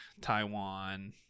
taiwan